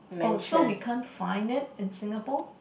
oh so we can't find it in Singapore